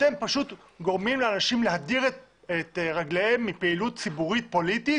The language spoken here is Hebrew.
אתם פשוט גורמים לאנשים להדיר את רגליהם מפעילות ציבורית פוליטית